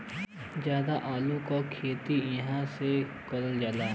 जादा आलू के खेती एहि से करल जाला